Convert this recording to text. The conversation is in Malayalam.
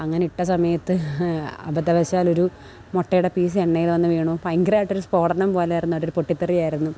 അങ്ങനെ ഇട്ട സമയത്ത് അബദ്ധവശാലൊരു മുട്ടയുടെ പീസ് എണ്ണയില് വന്നു വീണു ഭയങ്കരമായിട്ടൊരു സ്ഫോടനം പോലെയായിരുന്നു അതൊരു പൊട്ടിത്തെറിയായിരുന്നു